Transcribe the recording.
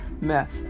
meth